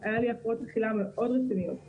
היו לי הפרעות אכילה מאוד רציניות.